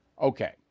Okay